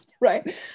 right